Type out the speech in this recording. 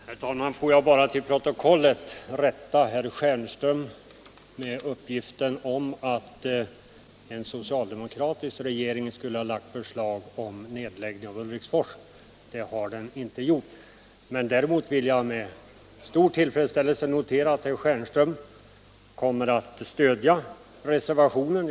Herr talman! Jag önskar bara till protokollet få en rättelse av herr Stjernströms uppgift om att en socialdemokratisk regering skulle ha lagt förslag om nedläggning av Ulriksfors. Det har den inte gjort. Jag vill däremot med stor tillfredsställelse notera att herr Stjernström kommer att stödja reservationen.